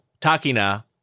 Takina